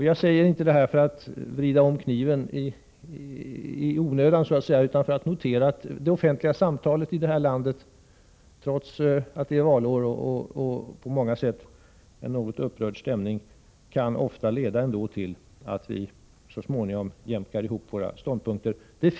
Jag säger inte detta för att vrida om kniven i onödan utan för att notera att det offentliga samtalet i det här landet, trots att det är valår och trots att det på många sätt råder en något upprörd stämning, ofta kan leda till att vi så småningom jämkar ihop våra ståndpunkter.